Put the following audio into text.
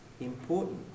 important